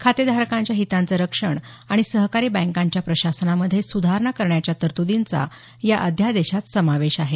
खातेधारकांच्या हितांचं रक्षण आणि सहकारी बँकांच्या प्रशासानमधे सुधारणा करण्याच्या तरतुदींचा या अध्यादेशात समावेश आहे